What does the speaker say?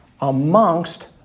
amongst